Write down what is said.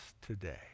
today